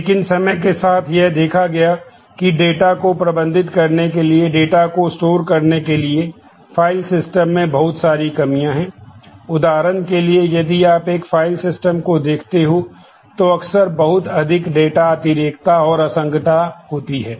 लेकिन समय के साथ यह देखा गया की डेटा अतिरेकता और असंगतता होती है